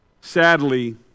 Sadly